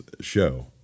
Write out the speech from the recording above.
show